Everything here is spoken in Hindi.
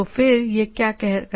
तो फिर यह क्या करता है